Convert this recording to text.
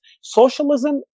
socialism